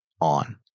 on